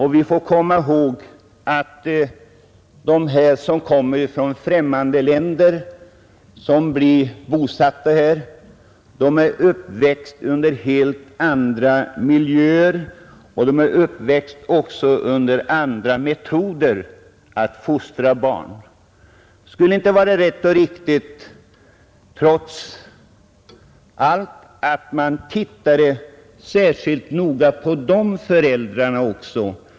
Vi får inte glömma att de som kommer ifrån främmande länder och bosätter sig här är uppväxta i helt andra miljöer och under andra metoder för att fostra barn. Skulle det inte vara rätt och riktigt, trots allt, att man tittade särskilt noga också på de föräldrarna?